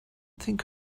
think